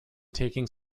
taking